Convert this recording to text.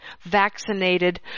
vaccinated